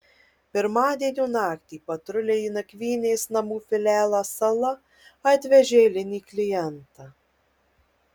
pirmadienio naktį patruliai į nakvynės namų filialą sala atvežė eilinį klientą